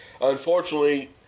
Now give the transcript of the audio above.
Unfortunately